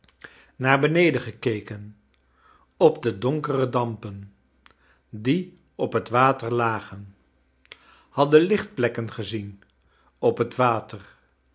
naar beneden gekeken op de donkere dampen die op het water lagen hadden lichtplekken gezien op het water